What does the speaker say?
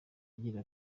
agira